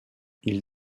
ils